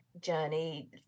journey